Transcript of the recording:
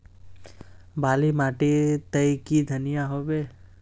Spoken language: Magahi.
बाली माटी तई की धनिया होबे?